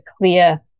clear